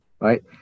right